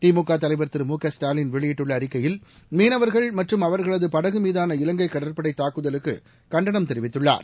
திமுக தலைவர் திரு மு க ஸ்டாலின் வெளியிட்டுள்ள அறிக்கையில் மீனவர்கள் மற்றும் அவர்களது படகு மீதான இலங்கை கடற்படை தாக்குதலுக்கு கண்டனம் தெரிவித்துள்ளார்